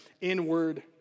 inward